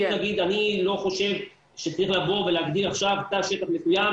אני לא חושב שצריך לבוא ולהגדיל עכשיו תא שטח מסוים,